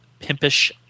pimpish